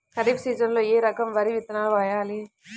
ఖరీఫ్ సీజన్లో ఏ రకం వరి విత్తనాలు వేయాలి?